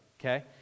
okay